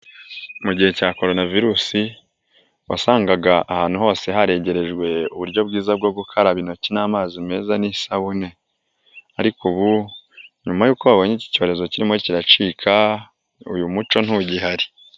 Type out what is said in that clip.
Mu gihe cya korona virus wasangaga ahantu hose haregerejwe uburyo bwiza, bwo gukaraba intoki n'amazi meza n'isabune ariko ubu nyuma yuko babonye iki cyorezo kirimo kiracika, uyu muco ntugihari.